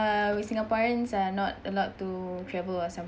we singaporeans are not allowed to travel or